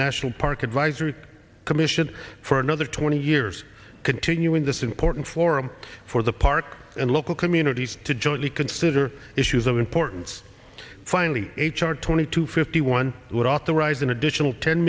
national park advisory commission for another twenty years continuing this important forum for the park and local communities to jointly consider issues of importance finally h r twenty two fifty one would authorize an additional ten